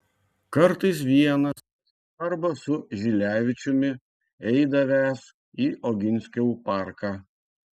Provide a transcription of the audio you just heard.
kartais vienas arba su žilevičiumi eidavęs į oginskių parką